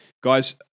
Guys